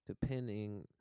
depending